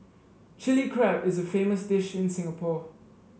Chilli Crab is a famous dish in Singapore